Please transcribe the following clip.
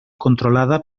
controlada